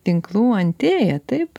tinklų antėja taip